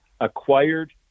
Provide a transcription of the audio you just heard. acquired